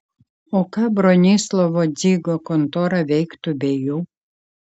o ką bronislovo dzigo kontora veiktų be jų